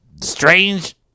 strange